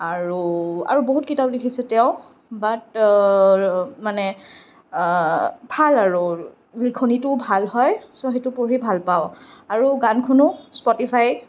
আৰু আৰু বহুত কিতাপ লিখিছে তেওঁ বাট মানে ভাল আৰু লিখনিটোও ভাল হয় ছ' সেইটো পঢ়ি ভাল পাওঁ আৰু গান শুনো স্পটিফাই